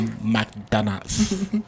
McDonald's